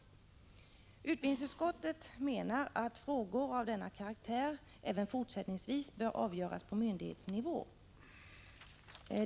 Utbildningsutskottet menar att frågor av denna karaktär även fortsättningsvis bör avgöras på myndighetsnivå.